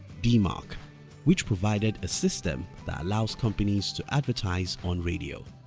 dmarc which provided a system that allowed companies to advertise on radio.